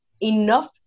enough